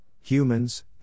humans